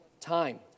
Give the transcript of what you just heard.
time